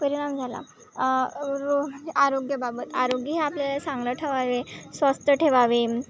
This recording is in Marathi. परिणाम झाला रो आरोग्याबाबत आरोग्य हे आपल्याला चांगलं ठेवावे स्वस्थ ठेवावे